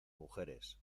mujeres